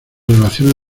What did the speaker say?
relaciones